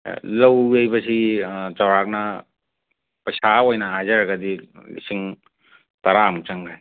ꯑꯥ ꯂꯧ ꯌꯩꯕꯁꯤ ꯆꯥꯎꯔꯥꯛꯅ ꯄꯩꯁꯥ ꯑꯣꯏꯅ ꯍꯥꯏꯖꯔꯒꯗꯤ ꯂꯤꯁꯤꯡ ꯇꯔꯥꯃꯨꯛ ꯆꯪꯒ꯭ꯔꯦ